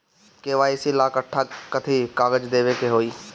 KYC ला कट्ठा कथी कागज देवे के होई?